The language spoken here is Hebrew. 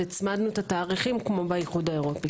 הצמדנו את התאריכים כפי באיחוד האירופי.